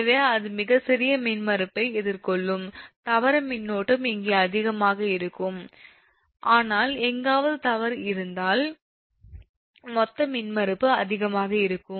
எனவே அது மிகச்சிறிய மின்மறுப்பை எதிர்கொள்ளும் தவறு மின்னோட்டம் இங்கே அதிகமாக இருக்கும் ஆனால் எங்காவது தவறு இருந்தாள் மொத்த மின்மறுப்பு அதிகமாக இருக்கும்